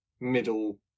middle